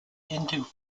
into